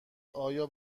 آیا